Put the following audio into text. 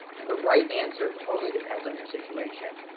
and the right answer totally depends on your situation.